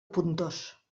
pontós